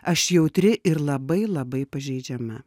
aš jautri ir labai labai pažeidžiama